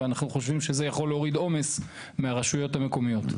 ואנחנו חושבים שזה יכול להוריד עומס מהרשויות המקומיות.